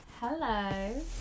hello